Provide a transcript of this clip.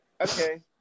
Okay